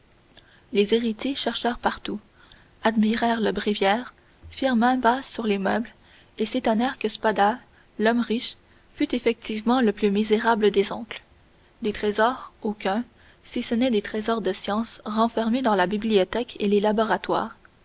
les héritiers cherchèrent partout admirèrent le bréviaire firent main basse sur les meubles et s'étonnèrent que spada l'homme riche fût effectivement le plus misérable des oncles de trésors aucun si ce n'est des trésors de science renfermés dans la bibliothèque et les laboratoires